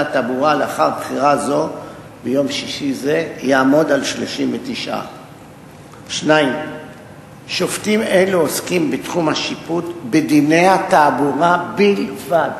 התעבורה לאחר בחירה זו ביום שישי זה יעמוד על 39. 2. שופטים אלה עוסקים בתחום השיפוט בדיני התעבורה בלבד.